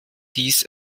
dies